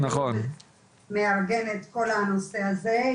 הוא מארגן את כל הנושא הזה.